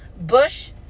Bush